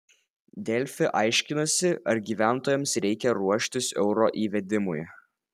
delfi aiškinasi ar gyventojams reikia ruoštis euro įvedimui